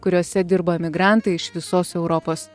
kuriose dirbo emigrantai iš visos europos